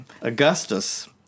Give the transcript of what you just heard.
Augustus